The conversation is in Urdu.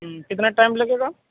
کتنا ٹائم لگے گا